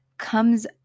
comes